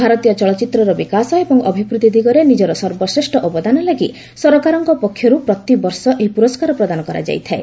ଭାରତୀୟ ଚଳଚ୍ଚିତ୍ରର ବିକାଶ ଏବଂ ଅଭିବୃଦ୍ଧି ଦିଗରେ ନିଜର ସର୍ବଶ୍ରେଷ ଅବଦାନ ଲାଗି ସରକାରଙ୍କ ପକ୍ଷରୁ ପ୍ରତିବର୍ଷ ଏହି ପୁରସ୍କାର ପ୍ରଦାନ କରାଯାଇଥାଏ